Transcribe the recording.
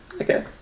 okay